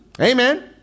Amen